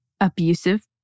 abusive